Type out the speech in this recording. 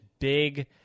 big